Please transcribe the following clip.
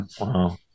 Wow